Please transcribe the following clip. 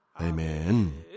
Amen